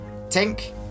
Tink